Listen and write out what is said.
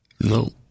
No